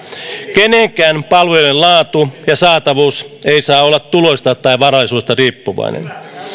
kenenkään palvelujen laatu ja saatavuus ei saa olla tuloista tai varallisuudesta riippuvainen